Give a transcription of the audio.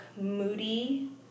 moody